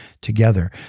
together